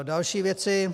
Další věci.